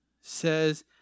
says